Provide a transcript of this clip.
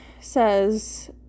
says